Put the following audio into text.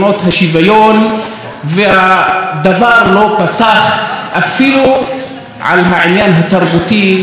והדבר לא פסח אפילו על העניין התרבותי, השפה הערבית.